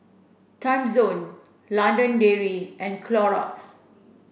timezone London Dairy and Clorox